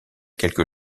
quelque